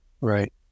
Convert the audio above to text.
Right